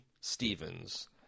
Stevens